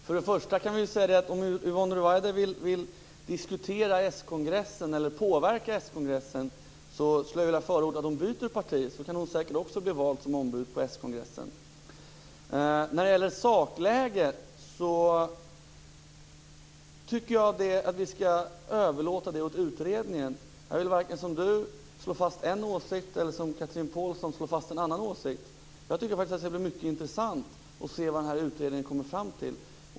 Fru talman! Till att börja med kan jag säga att om Yvonne Ruwaida vill diskutera s-kongressen eller påverka den vill jag förorda att hon byter parti. Då kan också hon säkert bli vald som ombud på den socialdemokratiska partikongressen. När det gäller sakläget tycker jag att vi skall överlåta det åt utredningen. Jag vill varken som Yvonne Ruwaida slå fast en åsikt eller som Chatrine Pålsson slå fast en annan åsikt. Det skall bli mycket intressant att se vad utredningen kommer fram till.